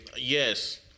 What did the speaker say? Yes